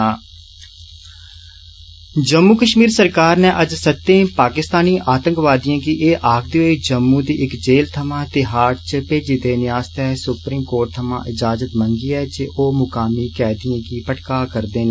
ढझढझढझढझढझढझ ैब् ज्मततवत जम्मू कष्मीर सरकार ने अज्ज सत्तें पाकिस्तानी आतंकवादिएं गी एह आखदे होई जम्मू दी इक जेल थमां तिहाड़ जेल च भेजी देने आस्तै सुप्रीम कोर्ट थमां इजाजत मंग ऐ जे ओह् मुकामी कैदिऐं गी भड़का करदे न